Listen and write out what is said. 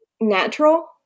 natural